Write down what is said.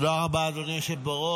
תודה רבה, אדוני היושב בראש.